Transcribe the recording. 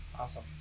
Awesome